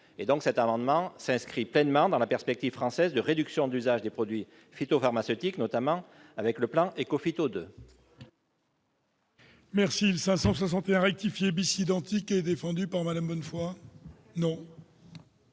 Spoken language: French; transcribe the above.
environnementale. Il s'inscrit pleinement dans la perspective française de réduction d'usage des produits phytopharmaceutiques, notamment au travers du plan Écophyto II.